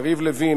יריב לוין,